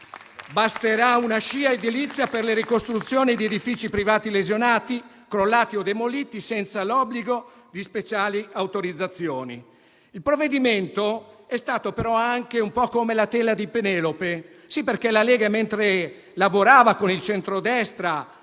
commerciale (SCIA) edilizia per le ricostruzioni di edifici privati lesionati, crollati o demoliti, senza l'obbligo di speciali autorizzazioni. Il provvedimento è stato però anche un po' come la tela di Penelope; sì, perché mentre la Lega lavorava con il centrodestra